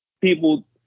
people